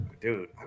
dude